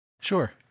Sure